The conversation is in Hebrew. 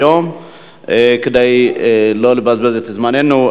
כדי לא לבזבז את זמננו,